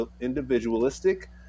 individualistic